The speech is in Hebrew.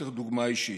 חוסר דוגמה אישית.